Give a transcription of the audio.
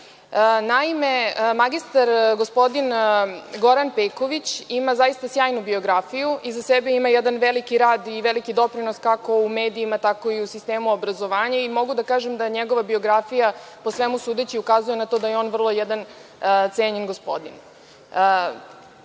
Naime, mr gospodin Goran Peković ima zaista sjajnu biografiju, iza sebe ima jedan veliki rad i veliki doprinos, kako u medijima, tako i u sistemu obrazovanja i mogu da kažem da njegova biografija, po svemu sudeći, ukazuje na to da je on cenjen gospodin. Moglo